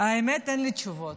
האמת, אין לי תשובות.